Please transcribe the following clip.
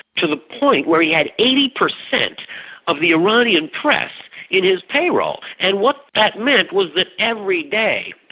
to the point where he had eighty percent of the iranian press in his payroll. and what that meant was that every day,